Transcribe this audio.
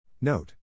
Note